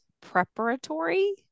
preparatory